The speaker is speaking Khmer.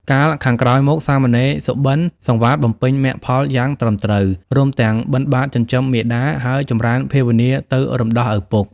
កាលខាងក្រោយមកសាមណេរសុបិនសង្វាតបំពេញមគ្គផលយ៉ាងត្រឹមត្រូវ រួមទាំងបិណ្ឌបាតចិញ្ចឹមមាតា ហើយចម្រើនភាវនាទៅរំដោះឪពុក ។